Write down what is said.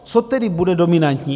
Co tedy bude dominantní?